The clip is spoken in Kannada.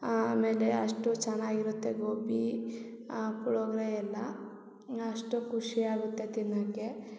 ಆಮೇಲೆ ಅಷ್ಟು ಚೆನ್ನಾಗಿರುತ್ತೆ ಗೋಬಿ ಪುಳ್ಯೋಗ್ರೆ ಎಲ್ಲ ನಾ ಅಷ್ಟು ಖುಷಿ ಆಗುತ್ತೆ ತಿನ್ನಕ್ಕೆ